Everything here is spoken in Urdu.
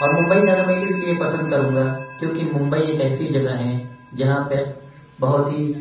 اور ممبئی جانا میں اس لیے پسند کروں گا کیونکہ ممبئی ایک ایسی جگہ ہے جہاں پر بہت ہی